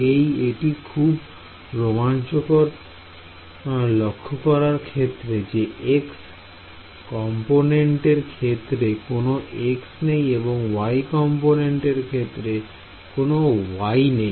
এই এটি খুব রোমাঞ্চকর লক্ষ্য করার ক্ষেত্রে যে x কম্পনেন্ট এর ক্ষেত্রে কোন x নেই এবং y কম্পনেন্ট এর ক্ষেত্রে কোন y নেই